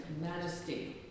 majesty